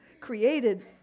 created